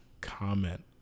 comment